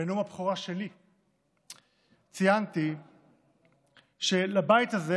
בנאום הבכורה שלי ציינתי שלבית הזה,